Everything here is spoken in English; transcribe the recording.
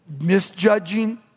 misjudging